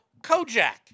Kojak